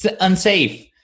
unsafe